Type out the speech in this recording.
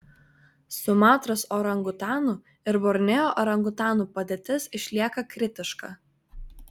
sumatros orangutanų ir borneo orangutanų padėtis išlieka kritiška